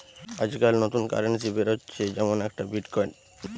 আজকাল নতুন কারেন্সি বেরাচ্ছে যেমন একটা বিটকয়েন